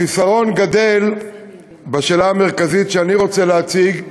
החיסרון גדל בשאלה המרכזית שאני רוצה להציג,